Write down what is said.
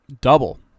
Double